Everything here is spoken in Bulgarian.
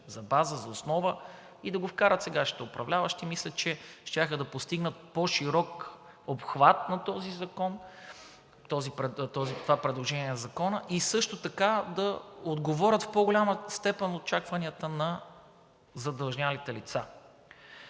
за база, за основа и да го вкарат сегашните управляващи. Мисля, че щяха да постигнат по-широк обхват на това предложение за закона и също така да отговорят в по-голяма степен на очакванията на задлъжнелите лица.